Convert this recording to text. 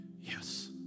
yes